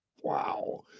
Wow